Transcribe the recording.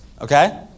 okay